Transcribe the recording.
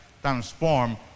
transform